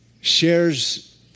shares